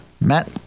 matt